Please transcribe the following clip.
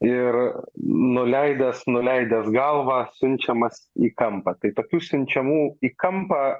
ir nuleidęs nuleidęs galvą siunčiamas į kampą kai tokių siunčiamų į kampą